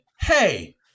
Hey